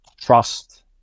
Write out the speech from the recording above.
trust